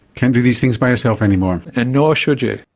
can't do these things by yourself anymore. and nor should you.